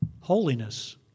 holiness